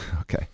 Okay